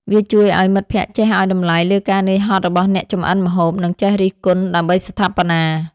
វាជួយឱ្យមិត្តភក្តិចេះឱ្យតម្លៃលើការនឿយហត់របស់អ្នកចម្អិនម្ហូប និងចេះរិះគន់ដើម្បីស្ថាបនា។